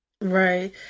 Right